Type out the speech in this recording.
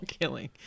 killing